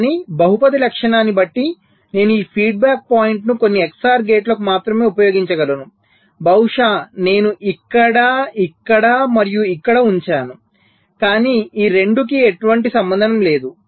కానీ బహుపది లక్షణాన్ని బట్టి నేను ఈ ఫీడ్బ్యాక్ పాయింట్ను కొన్ని XOR గేట్లకు మాత్రమే ఉపయోగించగలను బహుశా నేను ఇక్కడ ఇక్కడ మరియు ఇక్కడ ఉంచాను కాని ఈ 2 కి ఎటువంటి సంబంధం లేదు